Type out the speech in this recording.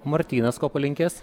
martynas ko palinkės